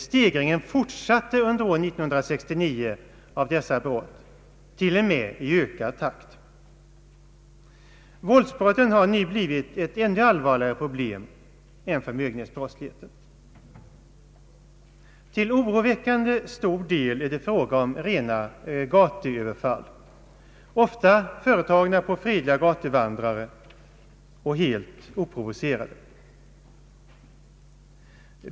Stegringen av dessa brott fortsatte under år 1969 till och med i ökad takt. Våldsbrotten har nu blivit ett ännu allvarligare problem än förmögenhetsbrottsligheten. Till oroväckande stor del är det fråga om rena gatuöverfall, ofta på fredliga gatuvandrare och helt oprovocerade.